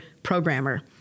programmer